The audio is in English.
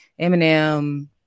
Eminem